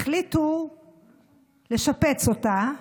החליטו לשפץ אותה,